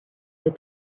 that